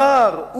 הוא אמר: